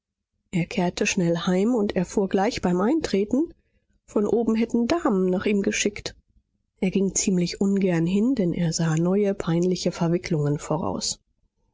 er kehrte schnell heim und erfuhr gleich beim eintreten von oben hätten damen nach ihm geschickt er ging ziemlich ungern hin denn er sah neue peinliche verwicklungen voraus